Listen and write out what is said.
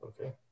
okay